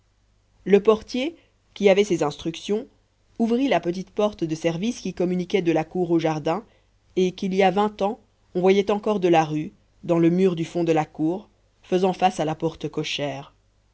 le portier qui avait ses instructions ouvrit la petite porte de service qui communiquait de la cour au jardin et qu'il y a vingt ans on voyait encore de la rue dans le mur du fond de la cour faisant face à la porte cochère